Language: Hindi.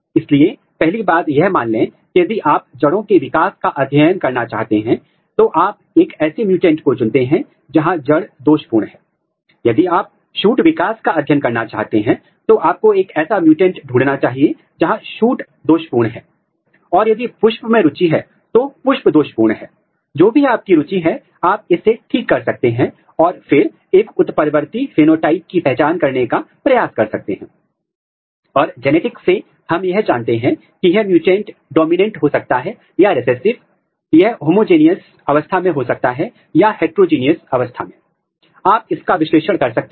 इसलिए यदि आपने रेडियोधर्मी जांच का उपयोग किया है तो आप ऑटोरैडोग्राफी द्वारा संकेत का पता लगा सकते हैं यदि आपने एंटीडीजी एंटीबॉडी का उपयोग किया है जिसमें क्षारीय फॉस्फेट या अन्य रंग आधारित एंजाइम हैं तो आप रंग प्रतिक्रिया कर सकते हैं लेकिन यदि आप फ्लोरोसेंट टैग वाले एंटीबॉडी हैं तो आप सिग्नल का पता लगाने के लिए फ्लोरोसेंट माइक्रोस्कोपी कर सकते हैं